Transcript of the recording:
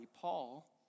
Paul